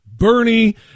bernie